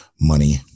money